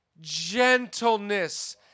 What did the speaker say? gentleness